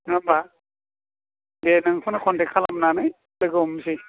नङा होनबा दे नोंखौनो कन्टेक्ट खालामनानै लोगो हमनोसै